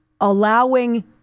allowing